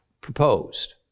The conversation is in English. proposed